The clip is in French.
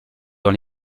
dans